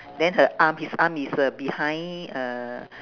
then her arm his arm is uh behind uh